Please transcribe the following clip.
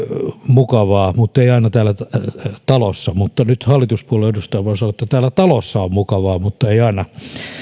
mukavaa mutta ei aina täällä talossa mutta nyt hallituspuolueen edustajana voin sanoa että täällä talossa on mukavaa mutta ei aina